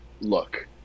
look